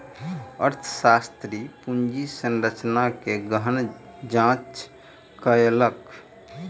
अर्थशास्त्री पूंजी संरचना के गहन जांच कयलक